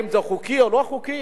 והאם זה חוקי או לא חוקי.